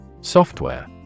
Software